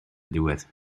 diwedd